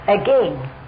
again